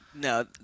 No